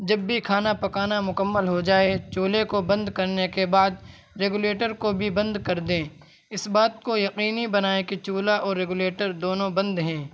جب بھی کھانا پکانا مکمل ہو جائے چولہے کو بند کرنے کے بعد ریگولیٹر کو بھی بند کر دیں اس بات کو یقینی بنائیں کہ چولہا اور ریگولیٹر دونوں بند ہیں